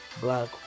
black